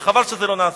וחבל שזה לא נעשה.